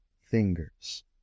fingers